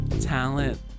Talent